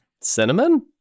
cinnamon